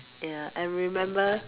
ya and remember